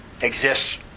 exists